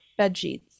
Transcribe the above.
bedsheets